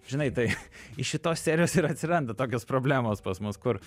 žinai tai iš šitos serijos ir atsiranda tokios problemos pas mus kur